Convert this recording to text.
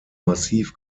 massiv